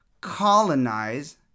colonize